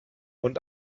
und